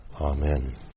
Amen